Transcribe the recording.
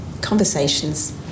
conversations